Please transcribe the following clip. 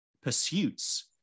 pursuits